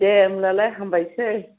दे होमब्लालाय हामबायसै